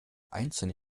einzeln